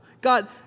God